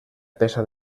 peça